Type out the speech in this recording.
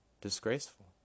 disgraceful